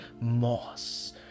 moss